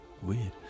weird